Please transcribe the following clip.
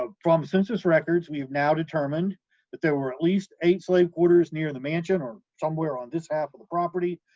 ah from census records we have now determined that there were at least eight slave quarters near the mansion, or somewhere on this half of the property,